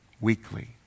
weekly